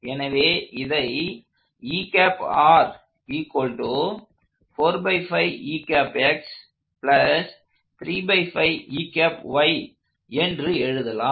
எனவே இதை என்று எழுதலாம்